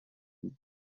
new